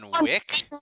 Wick